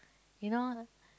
you know